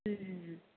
ம் ம் ம்